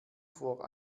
vor